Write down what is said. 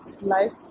life